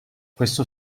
questo